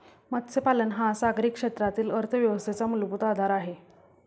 मत्स्यपालन हा सागरी क्षेत्रातील अर्थव्यवस्थेचा मूलभूत आधार आहे